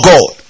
God